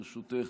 ברשותך,